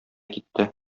китте